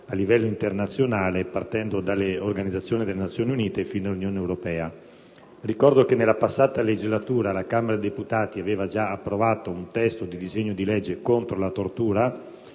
a livello internazionale, partendo dalle Organizzazione delle Nazioni Unite fino all'Unione europea. Ricordo che nella passata legislatura la Camera dei deputati aveva già approvato un provvedimento contro la tortura.